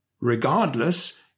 regardless